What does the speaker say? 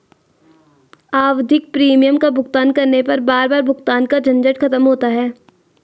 आवधिक प्रीमियम का भुगतान करने पर बार बार भुगतान का झंझट खत्म होता है